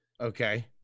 Okay